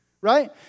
right